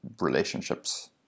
relationships